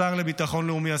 לשר לביטחון לאומי,